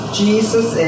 jesus